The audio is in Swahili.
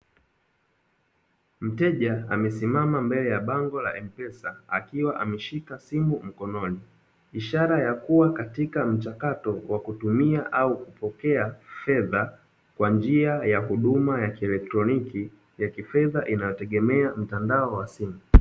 Mteja amesimama mbele ya bango la "M-pesa" akiwa ameishika simu mkononi. Ishara ya kuwa katika mchakato wa kutumia au kupokea fedha kwa njia ya huduma ya kielektroniki ya kifedha inayotegemea mtandao wa simu.